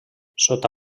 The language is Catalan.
sota